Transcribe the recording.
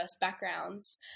backgrounds